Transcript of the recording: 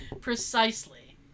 precisely